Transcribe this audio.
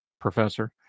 Professor